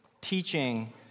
Teaching